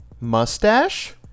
mustache